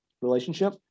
relationship